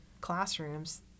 classrooms